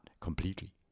completely